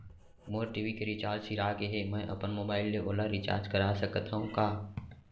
मोर TV के recharge सिरा गे हे, मैं अपन मोबाइल ले ओला रिचार्ज करा सकथव का?